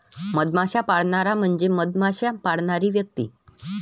मधमाश्या पाळणारा म्हणजे मधमाश्या पाळणारी व्यक्ती